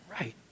right